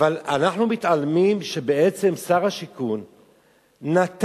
אבל אנחנו מתעלמים מכך שבעצם שר השיכון נתן,